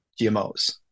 GMOs